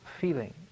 feeling